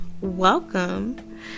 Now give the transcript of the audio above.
Welcome